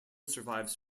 survives